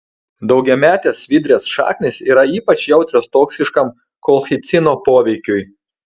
daugiametės svidrės šaknys yra ypač jautrios toksiškam kolchicino poveikiui